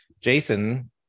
Jason